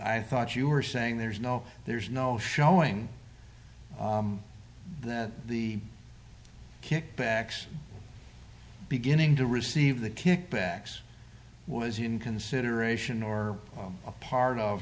i thought you were saying there's no there's no showing that the kickbacks beginning to receive the kickbacks was in consideration or a part of